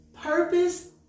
purpose